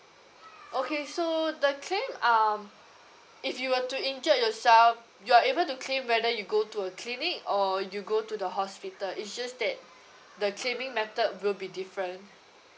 okay so the claim um if you were to injure yourself you're able to claim whether you go to a clinic or you go to the hospital it's just that the claiming method will be different